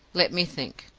let me think.